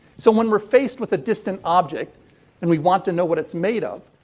so, when we're faced with a distant object and we want to know what it's made of,